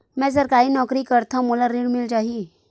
मै सरकारी नौकरी करथव मोला ऋण मिल जाही?